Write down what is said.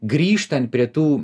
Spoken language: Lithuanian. grįžtant prie tų